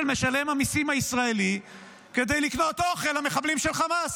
משלם המיסים הישראלי כדי לקנות אוכל למחבלים של חמאס.